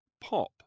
pop